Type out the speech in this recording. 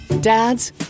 Dads